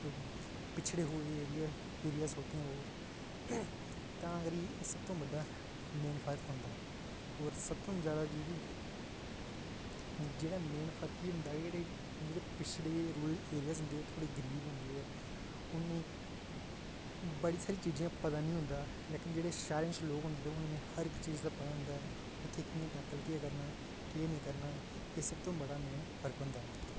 पिछड़े एरिया होंदे न ओह् तां करियै एह् मेन फर्क होंदा और सब तो जैादा जेह्ड़ी जेह्ड़ा मेन फर्क एह् होंदा कि जेह्ड़ा पिछड़े रूरल एरिया होंदे ओह् गरीब होंदे न उनेंगी बड़ी सारी चीजें दा पता नी होंदा लेकिन जेह्ड़े शैह्रें च लोग होंदे न तां उनेंगी हर इक चीज दा पता होंदा ऐ कुत्थें कियां टैकल केह् करना केह् नी करना एह् सबतो मेन फर्क होंदा ऐ